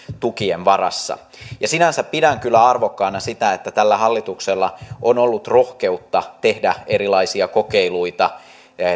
tukien varassa ja sinänsä pidän kyllä arvokkaana sitä että tällä hallituksella on ollut rohkeutta tehdä erilaisia kokeiluita